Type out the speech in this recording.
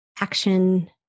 action